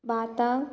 भाताक